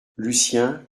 lucien